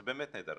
זה באמת נהדר.